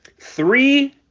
three